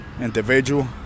individual